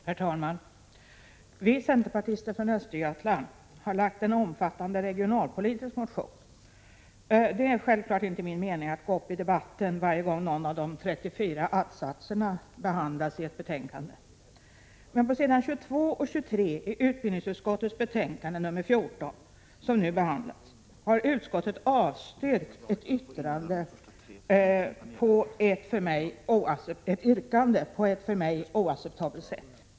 Herr talman! Vi centerpartister från Östergötland har lagt fram en omfattande regionalpolitisk motion. Det är självklart inte min mening att gå upp i debatten varje gång någon av de 34 att-satserna behandlas i ett betänkande. Men på s. 22 och 23 i utbildningsutskottets betänkande nr 14, som nu behandlats, har utskottet avstyrkt ett yttrande på ett för mig oacceptabelt sätt.